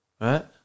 right